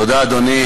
תודה, אדוני.